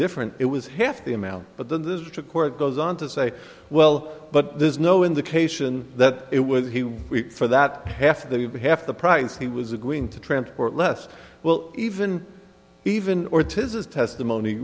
different it was half the amount but then there's a trick or it goes on to say well but there's no indication that it was he we for that half the half the price he was agreeing to transport less well even even or tis his testimony